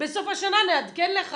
בסוף השנה נעדכן לך.